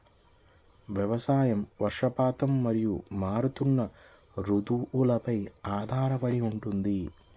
వ్యవసాయం వర్షపాతం మరియు మారుతున్న రుతువులపై ఆధారపడి ఉంటుంది